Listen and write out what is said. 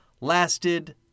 lasted